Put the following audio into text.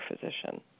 physician